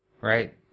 Right